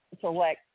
select